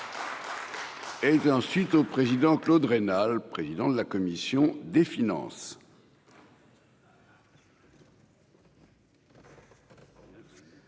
ensuite au président Claude Raynal, président de la commission des finances.